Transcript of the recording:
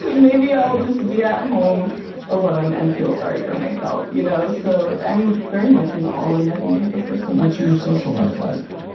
um maybe i'll just be at home alone and feel sorry for myself. you know so i'm very much an all-or-nothing type of person. what's your social life like?